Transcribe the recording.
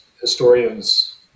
historians